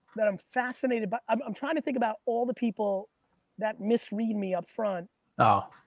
that i'm fascinated by, i'm i'm trying to think about all the people that misread me upfront oh,